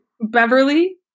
Beverly